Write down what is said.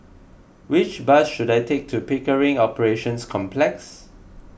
which bus should I take to Pickering Operations Complex